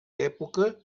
època